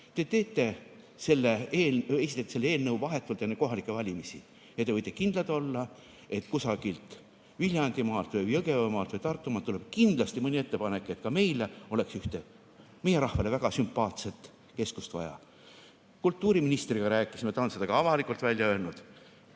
esitate selle eelnõu vahetult enne kohalikke valimisi ja te võite kindlad olla, et kusagilt Viljandimaalt, Jõgevamaalt või Tartumaalt tuleb kindlasti mõni ettepanek, et ka meile oleks ühte meie rahvale väga sümpaatset keskust vaja. Kultuuriministriga rääkisime, ta on seda ka avalikult välja öelnud,